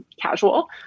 casual